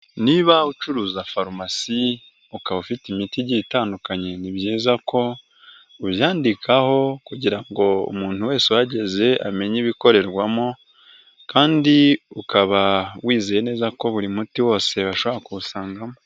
Niba ucuruza farumasi ukaba ufite imiti igi itandukanye, ni byiza ko ubyandikaho kugira ngo umuntu wese uhageze amenye ibikorerwamo, kandi ukaba wizeye neza ko buri muti wose washobora kuwusangamo.